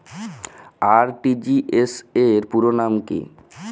RTGS র পুরো নাম কি?